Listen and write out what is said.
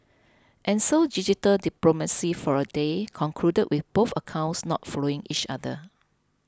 and so digital diplomacy for a day concluded with both accounts not following each other